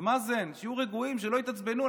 ומאזן, שיהיו רגועים, שלא יתעצבנו.